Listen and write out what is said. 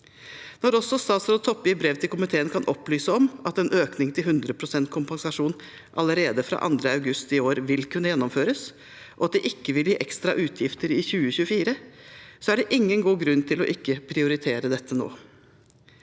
Når også statsråd Toppe i brev til komiteen kan opplyse om at en økning til 100 pst. kompensasjon allerede fra 2. august i år vil kunne gjennomføres, og at det ikke vil gi ekstra utgifter i 2024, er det ingen god grunn til ikke å prioritere dette nå.